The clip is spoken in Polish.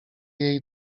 jej